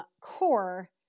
core